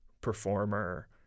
performer